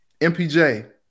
MPJ